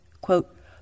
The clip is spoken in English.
quote